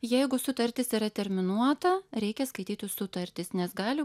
jeigu sutartis yra terminuota reikia skaityti sutartis nes gali